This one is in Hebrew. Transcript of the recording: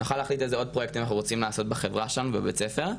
נוכל להחליט אילו עוד פרויקטים אנחנו רוצים לעשות בחברה שלנו בבית הספר,